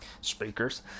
speakers